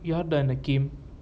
யாருடா அந்த:yaruda antha kim